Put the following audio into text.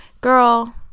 Girl